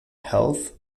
health